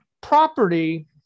property